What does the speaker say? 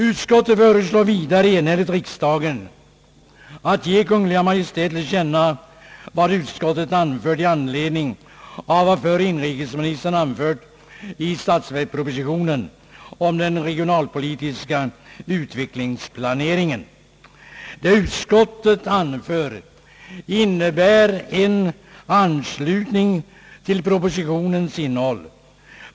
Utskottet föreslår vidare enhälligt riksdagen att ge Kungl. Maj:t till känna vad utskottet anfört i anledning av det som förre inrikesministern uttalat 1 statsverkspropositionen om den regionalpolitiska utvecklingsplaneringen. Vad utskottet anfört innebär en anslutning till propositionen.